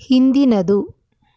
ಹಿಂದಿನದು